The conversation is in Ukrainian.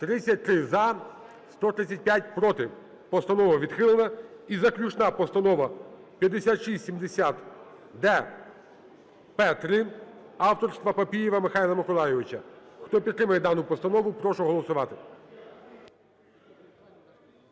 За-33 135 – проти. Постанова відхилена. І заключна постанова – 5670-д-П3 авторства Папієва Михайла Миколайовича. Хто підтримує дану постанову, прошу голосувати